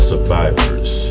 survivors